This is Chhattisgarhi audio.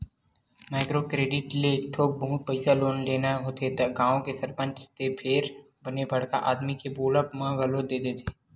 माइक्रो क्रेडिट ले थोक बहुत पइसा लोन लेना होथे त गाँव के सरपंच ते फेर बने बड़का आदमी के बोलब म घलो दे देथे